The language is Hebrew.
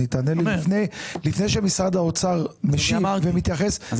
תענה לי לפני שמשרד האוצר משיב ומתייחס.